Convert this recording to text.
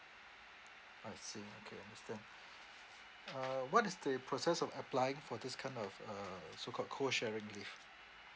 I see okay understand uh what is the process of applying for this kind of uh uh uh so called co sharing leave